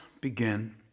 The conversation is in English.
begin